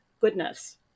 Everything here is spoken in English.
goodness